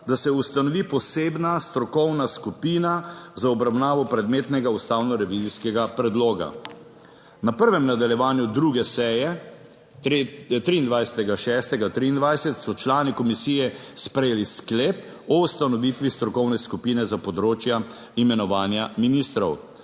da se ustanovi posebna strokovna skupina za obravnavo predmetnega ustavno revizijskega predloga. 3. TRAK: (TB) - 9.10 (nadaljevanje) Na prvem nadaljevanju druge seje 23. 6. 2023 so člani komisije sprejeli sklep o ustanovitvi strokovne skupine za področja imenovanja ministrov.